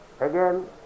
again